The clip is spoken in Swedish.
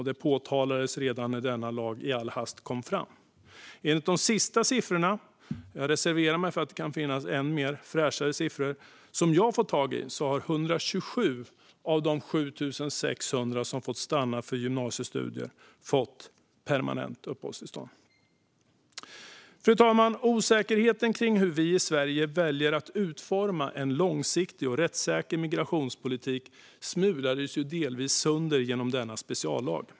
Det påtalades redan när denna lag i all hast kom fram. Enligt de senaste siffror som jag har fått tag i - jag reserverar mig för att det kan finnas ännu fräschare siffror - har 127 av de 7 600 som fått stanna för gymnasiestudier fått permanent uppehållstillstånd. Fru talman! Säkerheten kring hur vi i Sverige väljer att utforma en långsiktig och rättssäker migrationspolitik smulades delvis sönder genom denna speciallag.